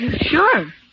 Sure